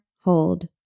hold